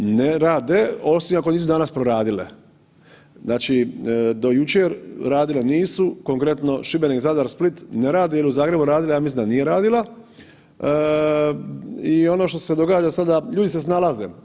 Ne rade osim ako nisu danas proradile, znači do jučer radile nisu, konkretno Šibenik, Zadar, Split ne rade, jel u Zagrebu radila, ja mislim da nije radila i ono što se događa sada, ljudi se snalaze.